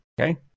okay